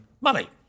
money